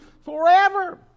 forever